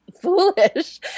foolish